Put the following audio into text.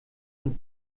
und